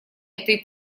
этой